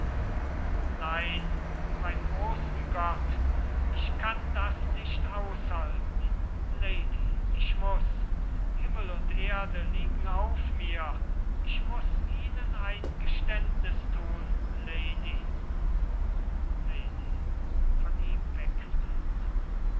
nein beim großen gott ich kann das nicht aushalten lady ich muß himmel und erde liegen auf mir ich muß ihnen ein geständniß thun lady lady